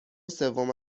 سوم